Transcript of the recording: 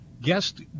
Guest